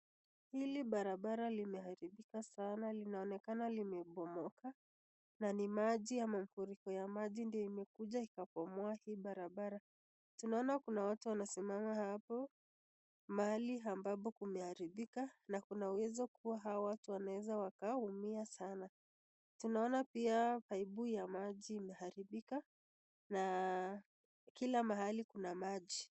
Hili barabara limeharibika sana naona imebomoka na ni maji ama mafuriko ya maji ndo imekuja ikapomoa hii barabara tunaona Kuna watu wanasimama hapo mahali ambapo kumeharibika na Kuna wezo kuwa Hawa watu wameweza wakaumia sana tunaona pia paipu ya maji imeharibika na kila mahali Kuna maji.